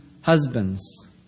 husbands